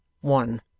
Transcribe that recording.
one